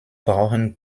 brauchen